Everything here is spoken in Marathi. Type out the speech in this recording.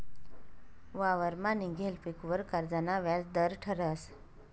वावरमा निंघेल पीकवर कर्जना व्याज दर ठरस